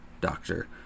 doctor